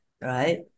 right